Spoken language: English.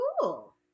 cool